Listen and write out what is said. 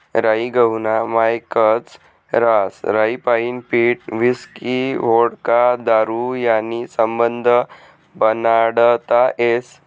राई गहूना मायेकच रहास राईपाईन पीठ व्हिस्की व्होडका दारू हायी समधं बनाडता येस